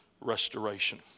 restoration